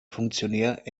funktionär